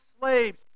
slaves